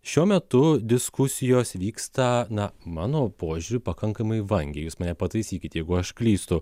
šiuo metu diskusijos vyksta na mano požiūriu pakankamai vangiai jūs mane pataisykit jeigu aš klystu